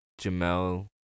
Jamel